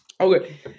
okay